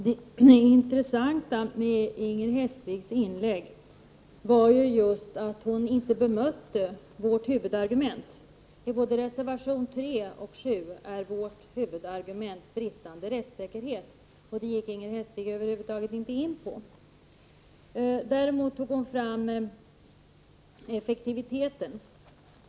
Herr talman! Det intressanta med Inger Hestviks inlägg var just att hon inte bemötte vårt huvudargument. I både reservation 3 och reservation 7 är vårt huvudargument bristande rättssäkerhet. Det gick Inger Hestvik över huvud taget inte in på. Däremot tog hon upp effektiviteten.